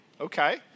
Okay